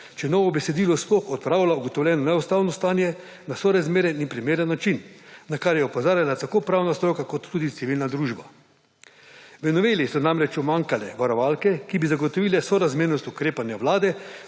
če novo besedilo sploh odpravlja ugotovljeno neustavno stanje na sorazmeren in primeren način, na kar je opozarjala tako pravna stroka kot tudi civilna družba. V noveli so namreč umanjkale varovalke, ki bi zagotovile sorazmernost ukrepanja vlade